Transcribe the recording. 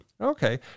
Okay